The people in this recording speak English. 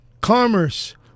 commerce